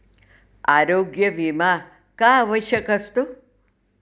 आरोग्य विमा का आवश्यक असतो?